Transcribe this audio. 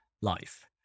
life